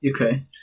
Okay